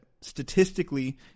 statistically